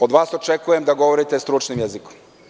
Od vas očekujem da govorite stručnim jezikom.